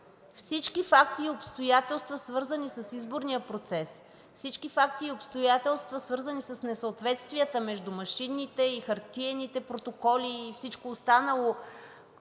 всички факти и обстоятелства, свързани с изборния процес, всички факти и обстоятелства, свързани с несъответствията между машинните и хартиените протоколи, и всичко останало,